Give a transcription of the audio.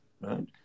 right